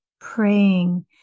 praying